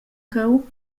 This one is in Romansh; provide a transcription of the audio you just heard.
cheu